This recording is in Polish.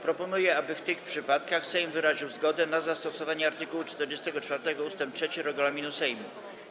Proponuję, aby w tych przypadkach Sejm wyraził zgodę na zastosowanie art. 44 ust. 3 regulaminu Sejmu.